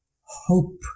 hope